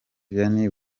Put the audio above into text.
vianney